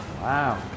wow